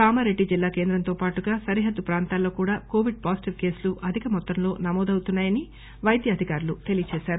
కామారెడ్డి జిల్లా కేంద్రంతో పాటుగా సరిహద్గు ప్రాంతాల్లో కూడా కోవిడ్ పాజిటివ్ కేసులు అధిక మొత్తంలో నమోదవుతున్నా యని వైద్యాధికారులు తెలియచేశారు